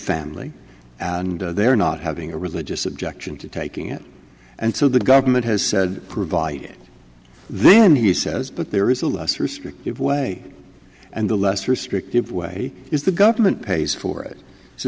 family and they're not having a religious objection to taking it and so the government has said provide it then he says but there is a less restrictive way and the less restrictive way is the government pays for it so